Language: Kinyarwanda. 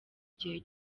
igihe